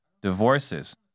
Divorces